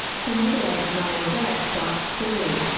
so middle-aged mum or dad starts stealing,